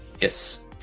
yes